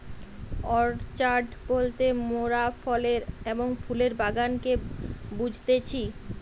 orchard বলতে মোরাফলের এবং ফুলের বাগানকে বুঝতেছি